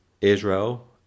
Israel